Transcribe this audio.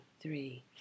three